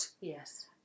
yes